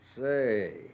Say